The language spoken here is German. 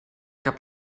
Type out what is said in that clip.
gab